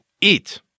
eat